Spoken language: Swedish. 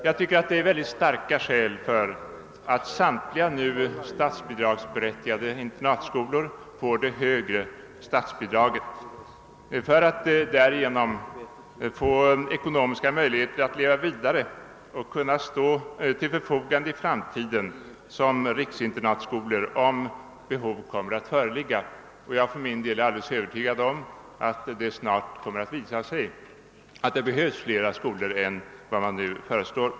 Jag tycker att det finns mycket starka skäl för att samtliga nu statsbidragsberättigade <internatskolor får det högre statsbidraget för att de därigenom skall få ekonomiska möjligheter att leva vidare och stå till förfogande i framtiden som riksinternatskolor, om behov kommer att föreligga. Jag är för min del alldeles övertygad om att det snart kommer att visa sig att det behövs fler skolor än vad man ni föreslår.